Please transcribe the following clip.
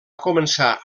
començar